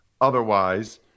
otherwise